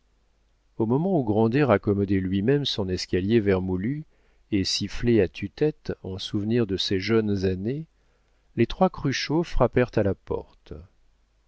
au moment où grandet raccommodait lui-même son escalier vermoulu et sifflait à tue-tête en souvenir de ses jeunes années les trois cruchot frappèrent à la porte